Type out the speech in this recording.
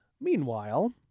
Meanwhile